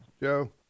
Joe